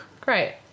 Great